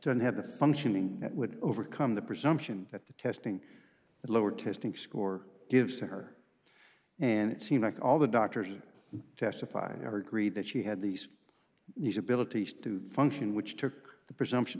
to have a functioning that would overcome the presumption that the testing the lower testing score gives to her and it seemed like all the doctors testified evergrey that she had these these abilities to function which took the presumption